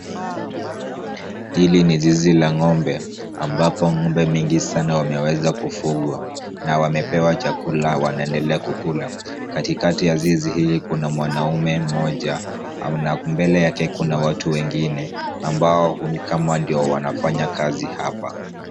Hili ni zizi la ng'ombe ambapo ng'ombe mingi sana wameweza kufugwa na wamepewa chakula wanaendelea kukula. Katikati ya zizi hili kuna mwanaume mmoja na mbele yake kuna watu wengine ambao ni kama ndio wanafanya kazi hapa.